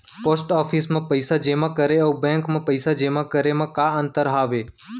post office मा पइसा जेमा करे अऊ बैंक मा पइसा जेमा करे मा का अंतर हावे